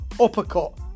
Uppercut